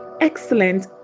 excellent